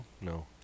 No